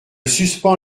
suspends